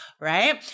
right